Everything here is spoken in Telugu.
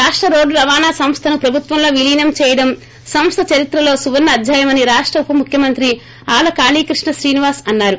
రాష్ట రోడ్డు రవాణా సంస్థ ను ప్రభుత్వంలో విలీనం చేయడం సంస్థ చరిత్రలో సువర్ణ అద్యాయమని రాష్ట ఉప ముఖ్యమంత్రి ఆళ్ళ కాళీకృష్ణ శ్రీనివాస్ అన్నారు